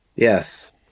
Yes